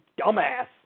dumbass